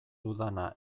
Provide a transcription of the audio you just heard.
dudana